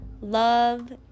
love